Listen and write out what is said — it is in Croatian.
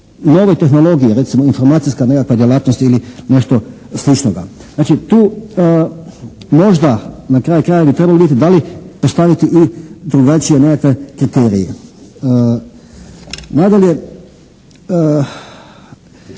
novoj tehnologiji. Recimo informacijska nekakva djelatnost ili nešto sličnoga. Znači tu možda na kraju krajeva bi trebalo vidjeti da li postaviti i drugačije nekakve kriterije. Nadalje